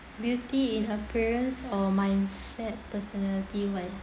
beauty in appearance or mindset personality wise